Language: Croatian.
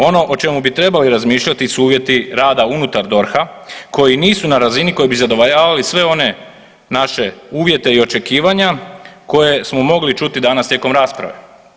Ono o čemu trebali razmišljati su uvjeti rada unutar DORH-a koji nisu na razini koji bi zadovoljavali sve one naše uvjete i očekivanja koje smo mogli čuti danas tijekom rasprave.